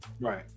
right